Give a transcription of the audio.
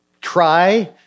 try